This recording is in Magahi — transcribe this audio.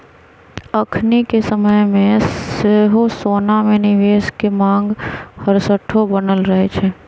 अखनिके समय में सेहो सोना में निवेश के मांग हरसठ्ठो बनल रहै छइ